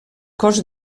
cos